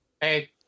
Hey